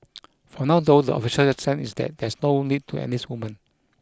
for now though the official stand is that there's no need to enlist women